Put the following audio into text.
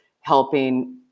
helping